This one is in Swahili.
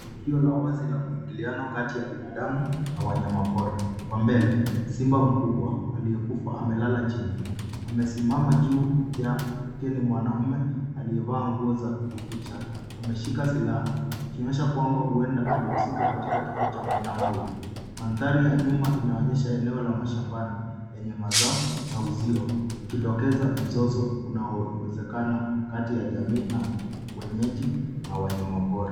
Tukio la wazi la muingiliano kati ya binadamu na wanyamapori. Kwa mbele, simba mkubwa aliyekufa amelala chini, amesimama juu ya kele mwanamume aliyevaa nguo za kuficha, ameshika silaha akionyesha kwamba huenda alihusika katika kifo cha mnyama huyo. Mandhari ya nyuma inaonyesha eneo ya shambani lenye mazao na uzio ukidokeza mzozo unaowezekana kati ya jamii wenyeji na wanyamapori.